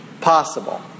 possible